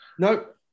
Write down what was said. Nope